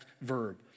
verb